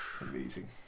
amazing